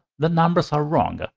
the numbers are wrong. ah